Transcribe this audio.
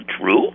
true